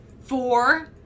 four